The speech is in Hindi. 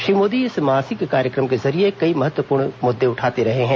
श्री मोदी इस मासिक कार्यक्रम के ज़रिए कई महत्वपूर्ण मुद्दे उठाते रहे हैं